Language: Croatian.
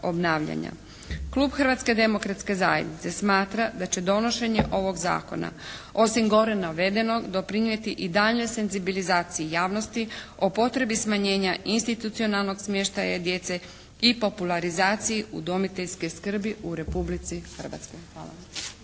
Klub Hrvatske demokratske zajednice smatra da će donošenje ovog zakona osim gore navedenog doprinijeti i daljnjoj senzibilizaciji javnosti o potrebi smanjenja institucionalnog smještaja djece i popularizaciji udomiteljske skrbi u Republici Hrvatskoj. Hvala.